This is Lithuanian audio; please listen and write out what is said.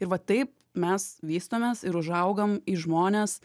ir va taip mes vystomės ir užaugam į žmones